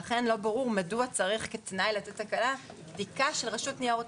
לכן לא ברור מדוע צריך בדיקה של רשות ניירות